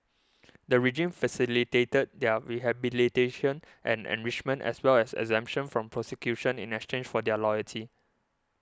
the regime facilitated their rehabilitation and enrichment as well as exemption from prosecution in exchange for their loyalty